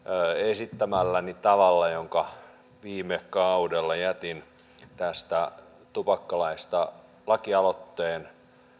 esittämälläni tavalla viime kaudella jätin tästä tupakkalaista lakialoitteen